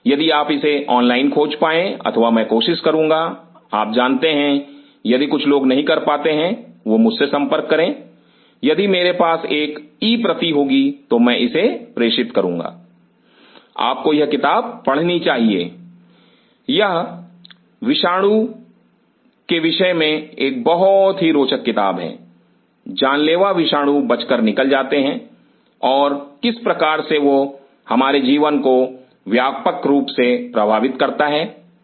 यदि आप इसे ऑनलाइन खोज पाएं अथवा मैं कोशिश करूंगा आप जानते हैं यदि कुछ लोग नहीं कर पाते वह मुझसे संपर्क करें यदि मेरे पास एक ई प्रति होगी तो मैं इसे प्रेषित करूंगा आपको यह किताब पढ़नी चाहिए यह विषाणु के विषय में एक बहुत ही रोचक किताब है जानलेवा विषाणु बच कर निकल जाते हैं और किस प्रकार से वह हमारे जीवन को व्यापक रूप से प्रभावित करता है ठीक